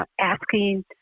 asking